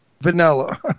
vanilla